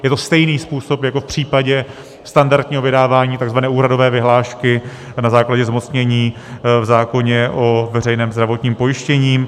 Je to stejný způsob jako v případě standardního vydávání tzv. úhradové vyhlášky na základě zmocnění v zákoně o veřejném zdravotním pojištění.